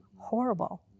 horrible